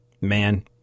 man